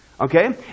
Okay